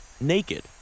naked